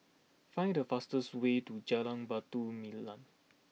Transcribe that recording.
find the fastest way to Jalan Batu Nilam